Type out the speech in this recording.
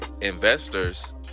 investors